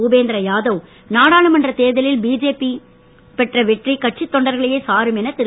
பூபேந்திர யாதவ் நாடாளுமன்ற தேர்தலில் பிஜேபி பெற்ற வெற்றி கட்சித் தொண்டர்களையே சாரும் என திரு